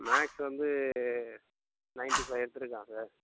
maths வந்து ninety five எடுத்துருக்கான் sir